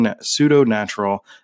pseudo-natural